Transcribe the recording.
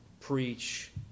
preach